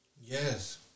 Yes